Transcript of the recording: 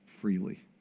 freely